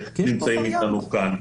שנמצאים אתנו כאן.